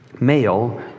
Male